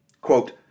Quote